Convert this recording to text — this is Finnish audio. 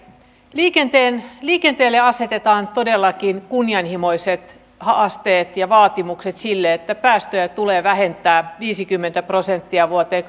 liikenteelle asetetaan todellakin kunnianhimoiset haasteet ja vaatimukset sille että päästöjä tulee vähentää viisikymmentä prosenttia vuoteen